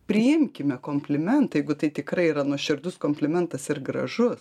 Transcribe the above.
priimkime komplimentą jeigu tai tikrai yra nuoširdus komplimentas ir gražus